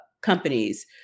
companies